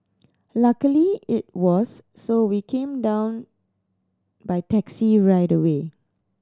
luckily it was so we came down by taxi right away